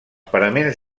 paraments